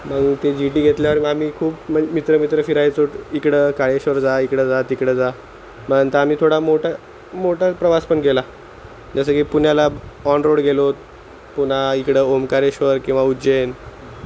मग ते G T घेतल्यावर मग आम्ही खूप म्हणजे मित्र मित्र फिरायचो इकडं काळेश्वर जा इकडं जा तिकडं जा मग नंतर आम्ही थोडा मोठा मोठा प्रवास पण केला जसं की पुण्याला ऑनरोड गेलोत पुन्हा इकडं ओमकारेश्वर किंवा उज्जैन